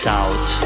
out